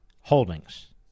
Holdings